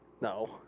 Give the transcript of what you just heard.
No